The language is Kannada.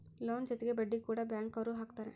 ಲೋನ್ ಜೊತೆಗೆ ಬಡ್ಡಿ ಕೂಡ ಬ್ಯಾಂಕ್ ಅವ್ರು ಹಾಕ್ತಾರೆ